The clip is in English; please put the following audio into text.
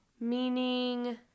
Meaning